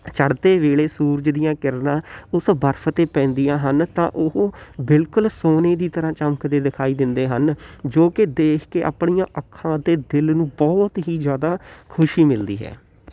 ਚੜ੍ਹਦੇ ਵੇਲੇ ਸੂਰਜ ਦੀਆਂ ਕਿਰਨਾਂ ਉਸ ਬਰਫ 'ਤੇ ਪੈਂਦੀਆਂ ਹਨ ਤਾਂ ਉਹ ਬਿਲਕੁਲ ਸੋਨੇ ਦੀ ਤਰ੍ਹਾਂ ਚਮਕਦੇ ਦਿਖਾਈ ਦਿੰਦੇ ਹਨ ਜੋ ਕਿ ਦੇਖ ਕੇ ਆਪਣੀਆਂ ਅੱਖਾਂ ਅਤੇ ਦਿਲ ਨੂੰ ਬਹੁਤ ਹੀ ਜ਼ਿਆਦਾ ਖੁਸ਼ੀ ਮਿਲਦੀ ਹੈ